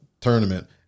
tournament